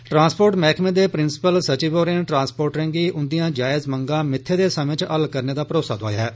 transport मैहकमे दे principal सचिव होरें ट्रांसपोर्टें गी उंदियां जायज मंगा मित्थे दे समें च हल्ल करने दा भरोसा दुआया ऐ